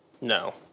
No